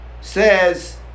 says